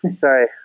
Sorry